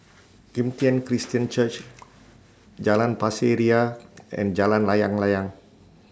Kim Tian Christian Church Jalan Pasir Ria and Jalan Layang Layang